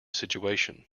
situation